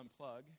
unplug